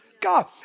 God